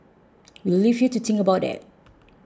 we'll leave you to think about that